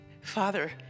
Father